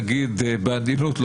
אם נגיד בעדינות,